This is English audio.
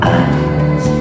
eyes